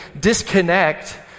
disconnect